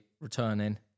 returning